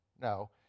No